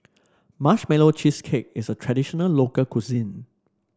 Marshmallow Cheesecake is a traditional local cuisine